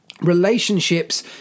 Relationships